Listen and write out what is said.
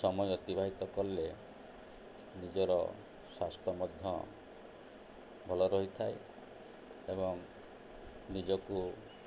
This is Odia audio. ସମୟ ଅତିବାହିତ କଲେ ନିଜର ସ୍ୱାସ୍ଥ୍ୟ ମଧ୍ୟ ଭଲ ରହିଥାଏ ଏବଂ ନିଜକୁ